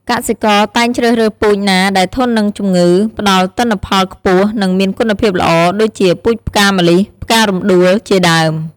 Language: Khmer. កសិករតែងជ្រើសរើសពូជណាដែលធន់នឹងជំងឺ ផ្ដល់ទិន្នផលខ្ពស់ និងមានគុណភាពល្អ ដូចជាពូជផ្កាម្លិះ ផ្ការំដួល ជាដើម។